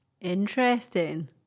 interesting